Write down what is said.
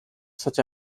such